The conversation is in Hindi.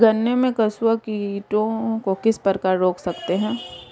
गन्ने में कंसुआ कीटों को किस प्रकार रोक सकते हैं?